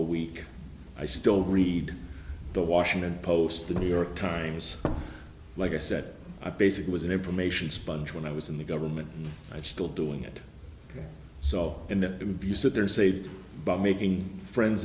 a week i still read the washington post the new york times like i said i basically was an information sponge when i was in the government and still doing it so in that you sit there and say that but making friends